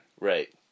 Right